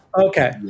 Okay